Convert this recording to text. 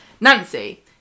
Nancy